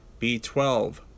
B12